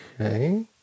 Okay